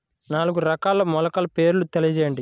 నాలుగు రకాల మొలకల పేర్లు తెలియజేయండి?